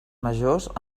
majors